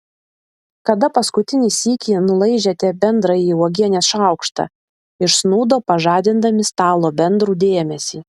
kada paskutinį sykį nulaižėte bendrąjį uogienės šaukštą iš snūdo pažadindami stalo bendrų dėmesį